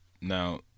now